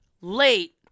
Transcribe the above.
late